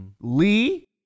Lee